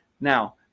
Now